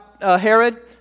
Herod